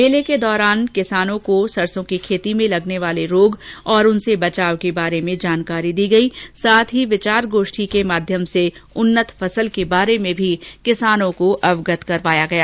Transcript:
मेले के दौरान किसानों को सरसों की खेती में लगने वाले रोग और उनके बचाव के बारे में जानकारी दी गई साथ ही विचार गोष्ठी का आयोजन कर उन्नत फसल के बारे में जानकारी दी गई